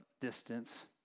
distance